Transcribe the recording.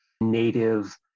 native